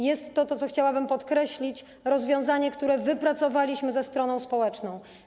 Jest to - co chciałabym podkreślić - rozwiązanie, które wypracowaliśmy ze stroną społeczną.